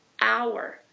hour